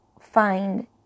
find